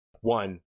One